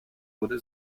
wurde